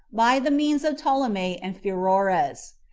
by the means of ptolemy and pheroras.